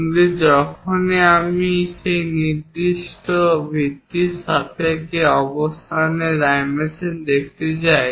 কিন্তু যখনই আমি একটি নির্দিষ্ট ভিত্তির সাপেক্ষে অবস্থানের ডাইমেনশন দেখাতে চাই